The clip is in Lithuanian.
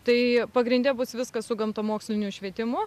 tai pagrinde bus viskas su gamtamoksliniu švietimu